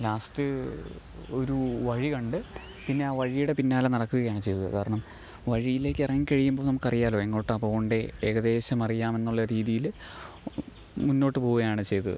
last ഒരു വഴി കണ്ട് പിന്നെ ആ വഴിയുടെ പിന്നാലെ നടക്കുകയാണ് ചെയ്തതു കാരണം വഴിയിലേക്കിറങ്ങി കഴിയുമ്പോൾ നമുക്കറിയാലോ എങ്ങോട്ടാണ് പോകണ്ടേ ഏകദേശം അറിയാമെന്നുള്ള രീതിയിൽ മുന്നോട്ടു പോകയാണ് ചെയ്തത്